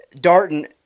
Darton